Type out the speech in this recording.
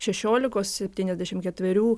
šešiolikos septyniasdešimt ketverių